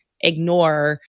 ignore